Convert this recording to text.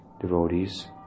devotees